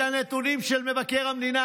את הנתונים של מבקר המדינה.